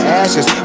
ashes